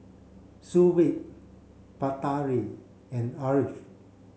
Shuib Batari and Ashraff